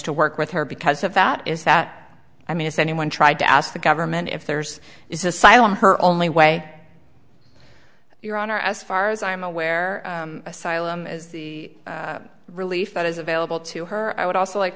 to work with her because of that is that i mean if anyone tried to ask the government if there's is asylum her only way your honor as far as i'm aware asylum is the relief that is available to her i would also like